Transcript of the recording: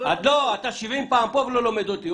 אתה 70 פעם פה ולא לומד אותי,